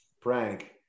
prank